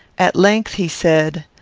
at length he said,